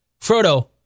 Frodo